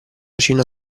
cina